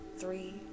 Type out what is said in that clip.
three